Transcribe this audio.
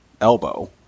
elbow